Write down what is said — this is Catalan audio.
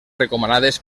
recomanades